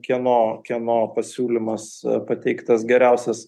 kieno kieno pasiūlymas pateiktas geriausias